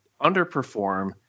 underperform